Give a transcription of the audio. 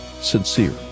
sincere